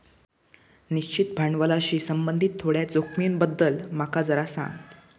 निश्चित भांडवलाशी संबंधित थोड्या जोखमींबद्दल माका जरा सांग